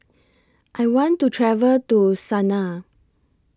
I want to travel to Sanaa